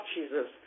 Jesus